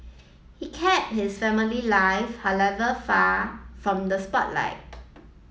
he kept his family life however far from the spotlight